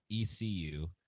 ECU